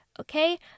okay